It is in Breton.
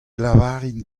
lavarin